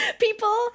people